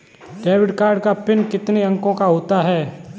Debit card PIN कितने अंकों का होता है?